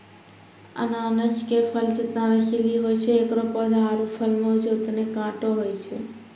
अनानस के फल जतना रसीला होय छै एकरो पौधा आरो फल मॅ होतने कांटो होय छै